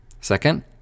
second